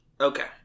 Okay